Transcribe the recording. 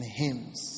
hymns